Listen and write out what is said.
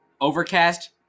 Overcast